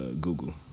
Google